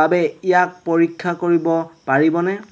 বাবে ইয়াক পৰীক্ষা কৰিব পাৰিবনে